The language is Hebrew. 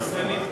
סגנית.